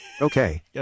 Okay